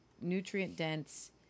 nutrient-dense